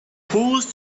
whose